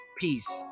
peace